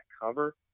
cover